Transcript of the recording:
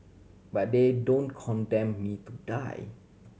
but they don't condemn me to die